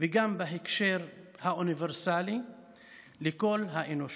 וגם בהקשר האוניברסלי לכל האנושות.